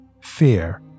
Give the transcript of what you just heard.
Fear